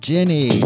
Jenny